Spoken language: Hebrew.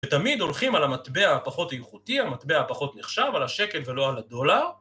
ותמיד הולכים על המטבע הפחות איכותי, המטבע הפחות נחשב, על השקל ולא על הדולר